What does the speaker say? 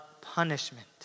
punishment